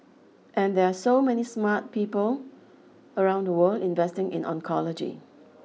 and there are so many smart people around the world investing in oncology